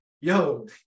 yo